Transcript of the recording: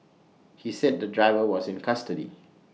he said the driver was in custody